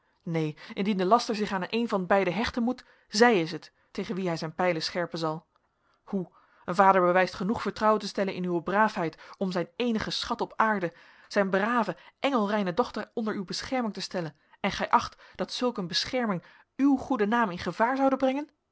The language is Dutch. neen indien de laster zich aan een van beiden hechten moet zij is het tegen wie hij zijn pijlen scherpen zal hoe een vader bewijst genoeg vertrouwen te stellen in uwe braafheid om zijn eenigen schat op aarde zijn brave engelreine dochter onder uw bescherming te stellen en gij acht dat zulk een bescherming uw goeden naam in gevaar zoude brengen